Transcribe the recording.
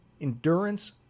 endurance